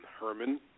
Herman